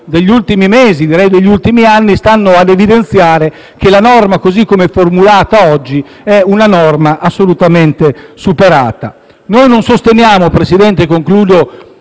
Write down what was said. degli ultimi mesi, direi degli ultimi anni, stanno ad evidenziare che la norma, così come è formulata oggi, è assolutamente superata. Noi non sosteniamo il